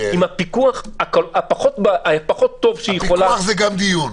עם הפיקוח הפחות טוב שהיא יכולה -- פיקוח זה גם דיון,